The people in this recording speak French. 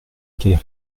qu’elle